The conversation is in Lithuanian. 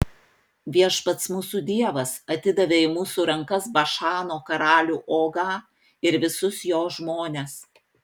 viešpats mūsų dievas atidavė į mūsų rankas bašano karalių ogą ir visus jo žmones